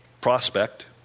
Prospect